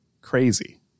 crazy